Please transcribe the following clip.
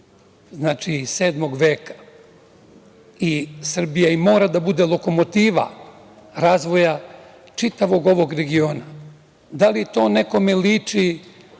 iz Sedmog veka i Srbija moda da bude lokomotiva razvoja čitavog ovog regiona. Da li to nekome liči